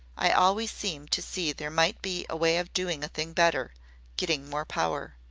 i always seemed to see there might be a way of doing a thing better getting more power.